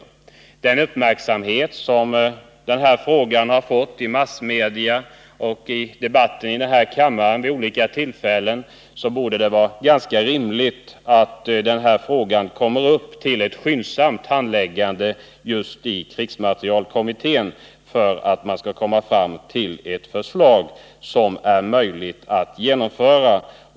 Med tanke på den uppmärksamhet som den affären har fått i massmedia och i debatter här i kammaren vid olika tillfällen borde det vara rimligt att frågan kommer upp till skyndsamt handläggande i krigsmaterielkommittén, för att man skall komma fram till ett förslag som är möjligt att genomföra.